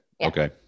Okay